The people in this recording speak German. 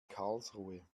karlsruhe